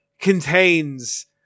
contains